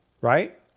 right